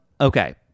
Okay